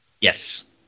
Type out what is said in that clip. Yes